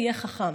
תהיה חכם".